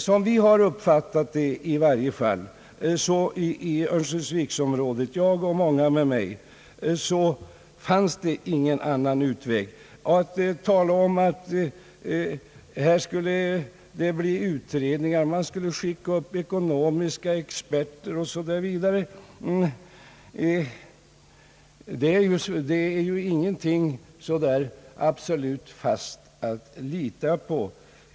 Som jag och många med mig i örnsköldsviksområdet har uppfattat saken, fanns det ingen annan utväg. Talet om utredningar, att man skulle skicka upp ekonomiska experter 0. s. v. är ju ingenting så där absolut fast att lita på.